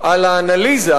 על האנליזה,